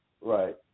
Right